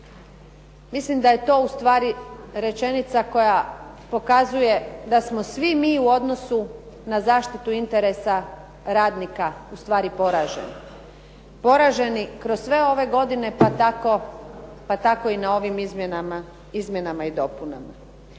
Mislim da je to ustvari rečenica koja pokazuje da smo svi mi u odnosu na zaštitu interesa radnika ustvari poraženi. Poraženi kroz sve ove godine, pa tako i na ovim izmjenama i dopunama.